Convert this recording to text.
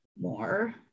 more